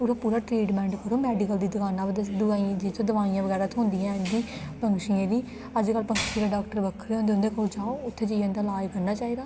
ओह्दा पूरा ट्रीटमैंट करो मैडिकल दी दकाना पर ते दवाइयें दी जित्थूं दवाइयां बगैरा थ्होंदियां इं'दी पंछियें दी अजकल्ल पंछियें दे डाक्टर बक्खरे होंदे उं'दे कोल जाओ उत्थै जाइयै उं'दा लाज करना चाहिदा